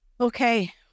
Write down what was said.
Okay